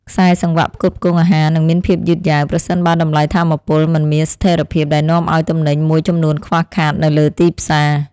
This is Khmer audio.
ខ្សែសង្វាក់ផ្គត់ផ្គង់អាហារនឹងមានភាពយឺតយ៉ាវប្រសិនបើតម្លៃថាមពលមិនមានស្ថិរភាពដែលនាំឱ្យទំនិញមួយចំនួនខ្វះខាតនៅលើទីផ្សារ។